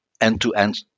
end-to-end